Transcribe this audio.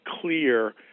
clear